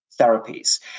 therapies